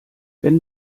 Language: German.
wenn